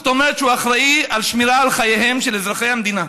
זאת אומרת שהוא אחראי לשמירה על חייהם של אזרחי המדינה.